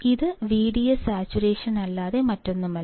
ഇത് VDSസാച്ചുറേഷൻ അല്ലാതെ മറ്റൊന്നുമല്ല